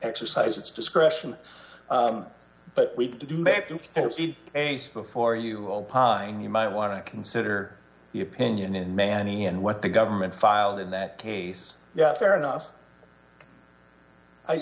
exercise its discretion but we do see before you all pine you might want to consider the opinion in manning and what the government filed in that case yeah fair enough i